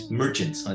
merchants